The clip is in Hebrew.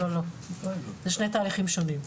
זה שני תהליכים שונים.